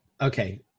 okay